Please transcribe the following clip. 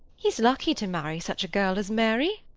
he's lucky to marry such a girl as mary.